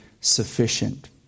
sufficient